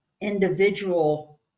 individual